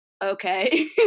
Okay